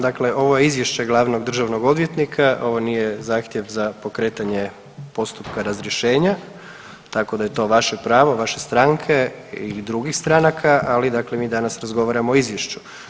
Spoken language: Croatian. Dakle ovo je izvješće glavnog državnog odvjetnika, ovo nije zahtjev za pokretanje postupka razrješenja, tako da je to vaše pravo, vaše stranke i drugih stranaka, ali dakle mi danas razgovaramo o izvješću.